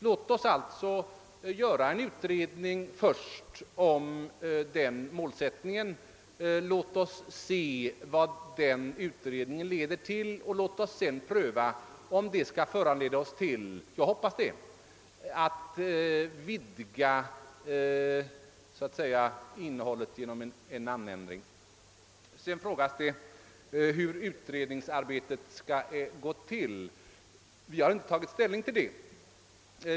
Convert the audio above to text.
Låt oss alltså göra en utredning först om den målsättningen, låt oss se vad den utredningen leder till och låt oss sedan pröva om det skall föranleda oss, såsom jag hoppas, också till en namnändring. Nu frågas det, hur utredningsarbetet skall gå till. Vi har inte tagit ställning till det.